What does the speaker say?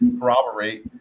corroborate